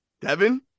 Devin